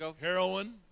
heroin